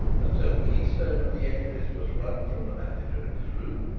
until the keystone of the edifice was wrung from the manager in his room,